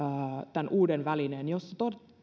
tämän uuden välineen ja